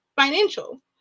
financial